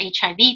HIV